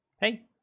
hey